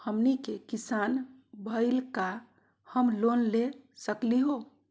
हमनी के किसान भईल, का हम लोन ले सकली हो?